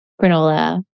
granola